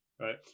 right